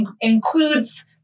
includes